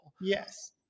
Yes